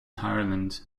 ireland